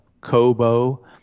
Kobo